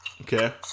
Okay